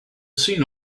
seen